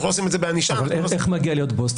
אבל איך אתה מגיע להיות בוס?